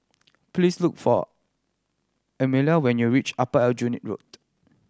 please look for when you reach Upper Aljunied Road